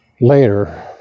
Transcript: later